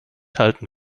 halten